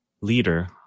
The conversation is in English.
leader